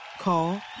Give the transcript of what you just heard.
Call